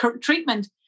treatment